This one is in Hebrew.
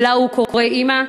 ולה הוא קורא "אימא"?